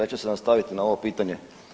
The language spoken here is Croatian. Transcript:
Ja ću se nastaviti na ovo pitanje.